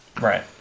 Right